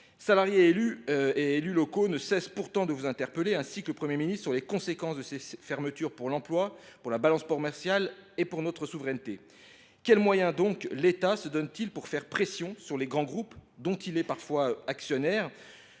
Salariés et élus locaux ne cessent pourtant de vous interpeller, ainsi que le Premier ministre, sur les conséquences de ces fermetures pour l’emploi, pour la balance commerciale et pour notre souveraineté. Quels moyens l’État se donne t il pour faire pression sur les grands groupes, dont il est parfois actionnaire ?